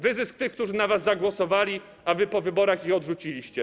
Wyzysk tych, którzy na was zagłosowali, a których po wyborach odrzuciliście.